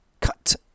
Cut